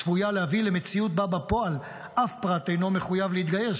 צפויה להביא למציאות שבה בפועל אף פרט אינו מחויב להתגייס,